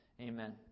Amen